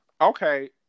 okay